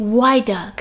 wider